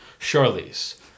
Charlize